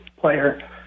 player